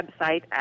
website